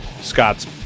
Scott's